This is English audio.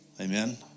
Amen